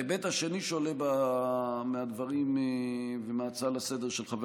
ההיבט השני שעולה מהדברים ומההצעה לסדר-היום של חבר